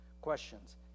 questions